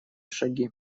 шаги